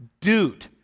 dude